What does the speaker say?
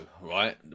right